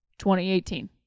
2018